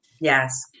Yes